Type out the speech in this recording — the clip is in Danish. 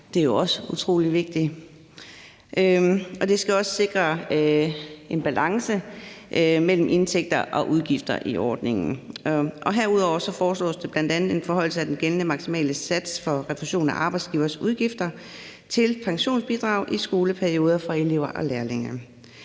Det er jo også utrolig vigtigt. Forslaget skal også sikre en balance mellem indtægter og udgifter i ordningen. Herudover foreslås der bl.a. en forhøjelse af den gældende maksimale sats for refusion af arbejdsgiveres udgifter til pensionsbidrag i skoleperioder for elever og lærlinge.